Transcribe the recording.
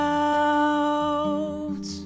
out